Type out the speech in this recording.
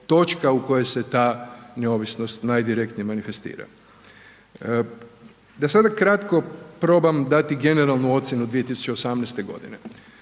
točka u kojoj se ta neovisnost najdirektnije manifestira. Da sada kratko probam dati generalnu ocjenu 2018. godine.